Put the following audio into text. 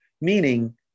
Meaning